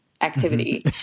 activity